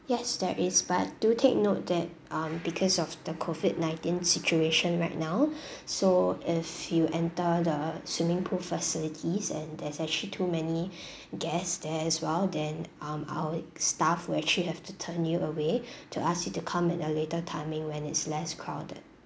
yes there is but do take note that um because of the COVID nineteen situation right now so if you enter the swimming pool facilities and there's actually too many guest there as well then um our staff will actually have to turn you away to ask you to come at a later timing when it's less crowded